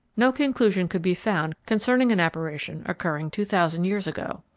no conclusion could be found concerning an apparition occurring two thousand years ago.